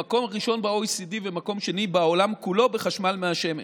למקום הראשון ב-OECD ולמקום שני בעולם כולו בחשמל מהשמש.